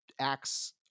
Acts